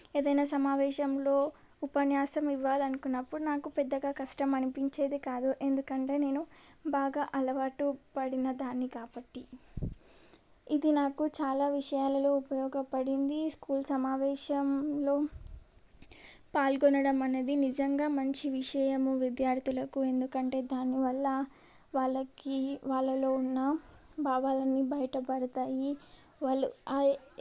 ఏదైనా సమావేశంలో ఉపన్యాసం ఇవ్వాలనుకున్నప్పుడు నాకు పెద్దగా కష్టం అనిపించేదే కాదు ఎందుకంటే నేను బాగా అలవాటు పడిన దాన్ని కాపట్టి ఇది నాకు చాలా విషయాలలో ఉపయోగపడింది స్కూల్ సమావేశంలో పాల్గొనడం అనేది నిజంగా మంచి విషయము విద్యార్థులకు ఎందుకంటే దాని వల్ల వాళ్ళకి వాళ్ళలో ఉన్న భావాలన్నీ బయటపడతాయి వాళ్ళు ఏ